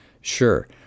Sure